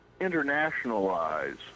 internationalize